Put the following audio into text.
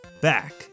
back